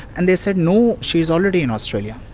and they said no, she is already in australia.